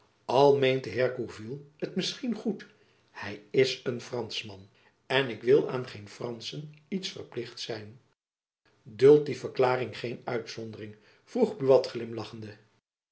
meent de heer de gourville het misschien goed hy is een franschman en ik wil aan geen franschen iets verplicht zijn duldt die verklaring geene uitzondering vroeg buat glimlachende